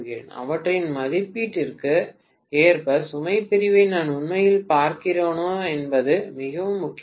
அவற்றின் மதிப்பீட்டிற்கு ஏற்ப சுமை பிரிவை நான் உண்மையில் பார்க்கிறேனா என்பதுதான் மிக முக்கியமானது